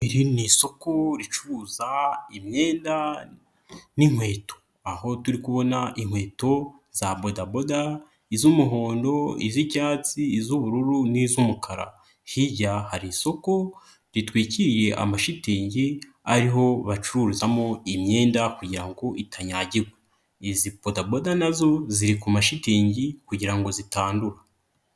Iri ni isoko ricuruza imyenda n'inkweto. Aho turi kubona inkweto za bodaboda: iz'umuhondo, iz'icyatsi, iz'ubururu n'iz'umukara. Hirya hari isoko ritwikiriye amashitingi ariho bacururizamo imyenda kugira ngo itanyagirwa. Izi bodaboda nazo ziri ku mashitingi kugira ngo zitandura.